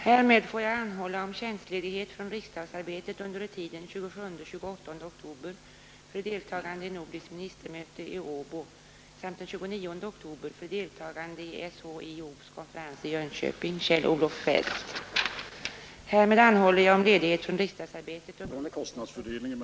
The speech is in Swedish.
Herr talman! Fru Nettelbrandt och herr Larsson i Öskevik har frågat mig när jag avser att tillsätta den av riksdagen begärda utredningen angående kostnadsfördelningen mellan stat och kommun. Direktiven till en utredning, som skall behandla frågor om kostnadsfördelningen mellan stat och kommun, håHer för närvarande på att utarbetas i finansdepartementet. Jag räknar med att utredningen skall kunna tillsättas inom de närmaste månaderna.